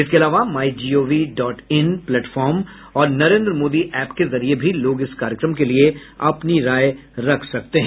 इसके अलावा my GOV dot in platform और नरेन्द्र मोदी एप के जरिये भी लोग इस कार्यक्रम के लिए अपनी बात रख सकते हैं